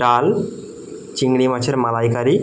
ডাল চিংড়ি মাছের মালাইকারি